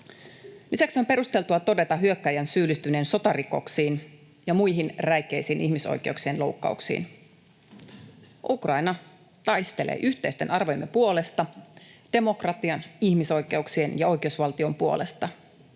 Lisäksi on perusteltua todeta hyökkääjän syyllistyneen sotarikoksiin ja muihin räikeisiin ihmisoikeuksien loukkauksiin. Ukraina taistelee yhteisten arvojemme puolesta: demokratian, ihmisoikeuksien ja oikeusvaltion puolesta.